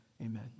Amen